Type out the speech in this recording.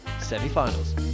semi-finals